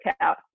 out